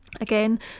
Again